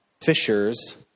fishers